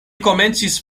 komencis